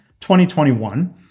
2021